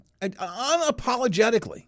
unapologetically